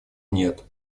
нет